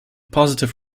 positive